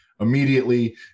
immediately